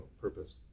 purpose